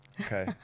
Okay